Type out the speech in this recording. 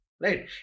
right